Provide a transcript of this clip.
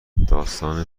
داستان